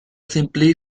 simply